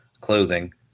clothing